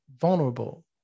vulnerable